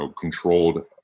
controlled